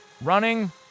running